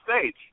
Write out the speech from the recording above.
stage